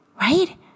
right